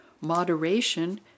moderation